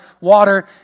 water